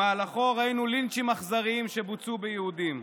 במהלכו ראינו לינצ'ים אכזריים שבוצעו ביהודים,